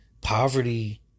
Poverty